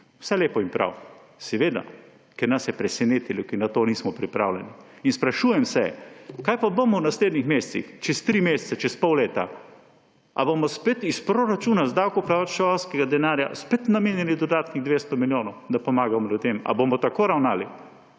Vse lepo in prav, seveda, ker nas je presenetilo, ker na to nismo pripravljeni. In sprašujem se, kaj pa bomo v naslednjih mesecih, čez tri mesece, čez pol leta. Ali bomo spet iz proračuna, iz davkoplačevalskega denarja, namenili dodatnih 200 milijonov, da pomagamo ljudem? Ali bomo tako ravnali?